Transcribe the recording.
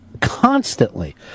constantly